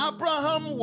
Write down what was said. Abraham